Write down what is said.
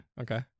Okay